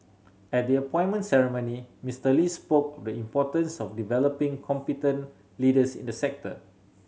at the appointment ceremony Mister Lee spoke of the importance of developing competent leaders in the sector